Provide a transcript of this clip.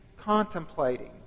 contemplating